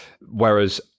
Whereas